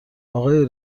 آقای